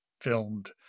filmed